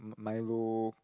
milo